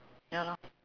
ya lor